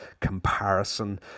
comparison